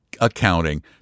accounting